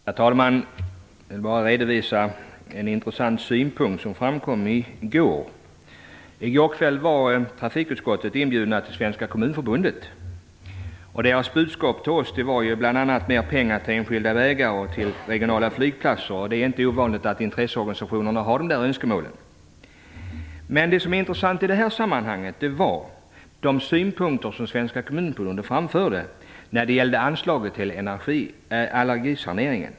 Herr talman! Jag vill bara redovisa en intressant synpunkt som framkom i går. I går kväll var trafikutskottet inbjudet till Svenska kommunförbundet. Budskapet till oss var bl.a.: Mera pengar till enskilda vägar och till regionala flygplatser! Det är inte ovanligt att intresseorganisationer har de önskemålen. Men det som är intressant i det här sammanhanget är de synpunkter som Svenska kommunförbundet framförde på anslaget till allergisanering.